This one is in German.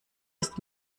ist